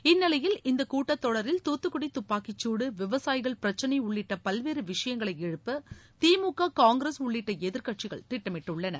இந்நிலையில் இந்தக் கூட்டத்தொடரில் தூத்துக்குடி துப்பாக்கிச்சூடு விவசாயிகள் பிரச்சிளை உள்ளிட்ட பல்வேறு விஷயங்களை எழுப்ப திமுக காங்கிரஸ் உள்ளிட்ட எதிர்க்கட்சிகள் திட்டமிட்டுள்ளன